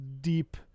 deep